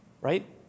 right